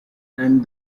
and